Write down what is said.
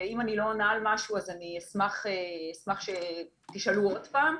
ואם אני לא עונה על משהו אני אשמח שתשאלו עוד פעם.